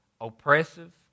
oppressive